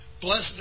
Blessed